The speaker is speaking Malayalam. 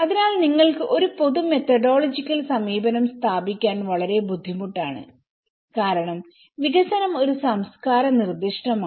അതിനാൽ നിങ്ങൾക്ക് ഒരു പൊതു മെത്തഡോളജിക്കൽ സമീപനം സ്ഥാപിക്കാൻ വളരെ ബുദ്ധിമുട്ടാണ് കാരണം വികസനം ഒരു സംസ്കാര നിർദ്ദിഷ്ടമാണ്